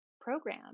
program